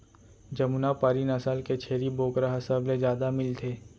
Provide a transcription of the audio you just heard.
जमुना पारी नसल के छेरी बोकरा ह सबले जादा मिलथे